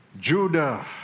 Judah